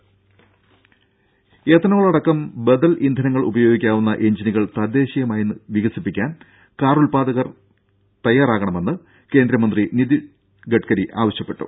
ദേദ എത്തനോൾ അടക്കം ബദൽ ഇന്ധനങ്ങൾ ഉപയോഗിക്കാവുന്ന എഞ്ചിനുകൾ തദ്ദേശീയമായി വികസിപ്പിക്കാൻ കാർ ഉത്പാദകർ തയ്യാറാകണമെന്ന് കേന്ദ്രമന്ത്രി നിതിൻ ഗഡ്കരി ആവശ്യപ്പെട്ടു